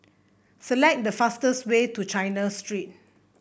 select the fastest way to China Street